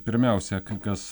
pirmiausia kai kas